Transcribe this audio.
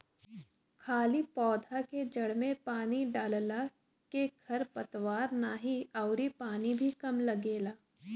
खाली पौधा के जड़ में पानी डालला के खर पतवार नाही अउरी पानी भी कम लगेला